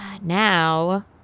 now